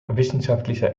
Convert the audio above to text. wissenschaftlicher